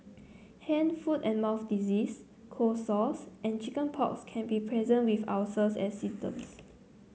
hand foot and mouth disease cold sores and chicken pox can be present with ulcers as symptoms